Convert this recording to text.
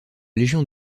légion